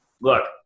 look